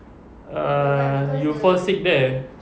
uh you fall sick there